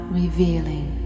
revealing